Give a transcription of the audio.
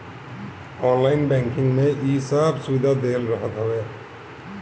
online banking में इ सब सुविधा देहल रहत हवे